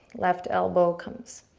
left elbow comes.